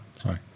Sorry